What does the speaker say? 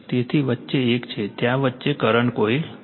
તેથી વચ્ચે એક છે ત્યાં વચ્ચે કરંટ કોઇલ છે